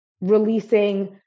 releasing